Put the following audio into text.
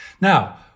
Now